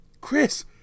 Chris